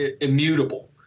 immutable